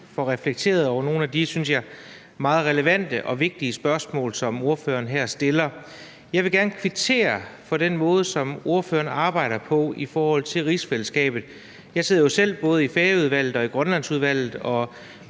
Jeg vil gerne kvittere for den måde, som ordføreren arbejder på i forhold til rigsfællesskabet. Jeg sidder jo selv både i Færøudvalget og i Grønlandsudvalget,